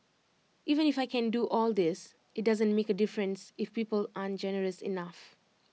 even if I can do all this IT doesn't make A difference if people aren't generous enough